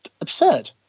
absurd